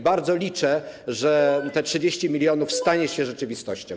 Bardzo liczę, że te 30 mln stanie się rzeczywistością.